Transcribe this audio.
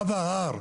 גב ההר,